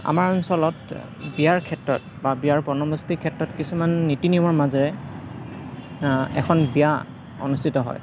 আমাৰ অঞ্চলত বিয়াৰ ক্ষেত্ৰত বা বিয়াৰ বন্দোবস্তিৰ ক্ষেত্ৰত কিছুমান নীতি নিয়মৰ মাজেৰে এখন বিয়া অনুষ্ঠিত হয়